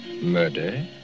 murder